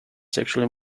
sexually